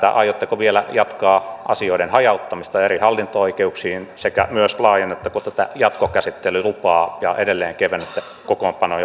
aiotteko vielä jatkaa asioiden hajauttamista eri hallinto oikeuksiin sekä laajennatteko tätä jatkokäsittelylupaa ja edelleen kevennätte kokoonpanoja oikeusturvaa vaarantamatta